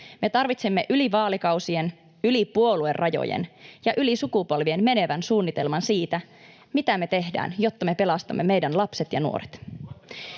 Me tarvitsemme yli vaalikausien, yli puoluerajojen ja yli sukupolvien menevän suunnitelman siitä, mitä me teemme, jotta me pelastamme meidän lapsemme ja nuoremme.